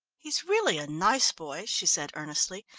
he's really a nice boy, she said earnestly,